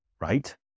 right